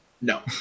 No